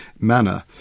manner